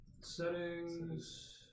settings